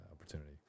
opportunity